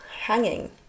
hanging